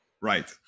Right